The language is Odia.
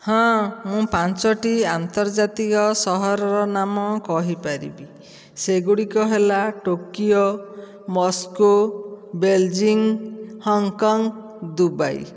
ହଁ ମୁଁ ପାଞ୍ଚଟି ଆନ୍ତର୍ଜାତିକ ସହରର ନାମ କହିପାରିବି ସେଗୁଡ଼ିକ ହେଲା Tokyo Moscow Beijing Hong Kong Dubai